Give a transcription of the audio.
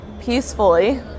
peacefully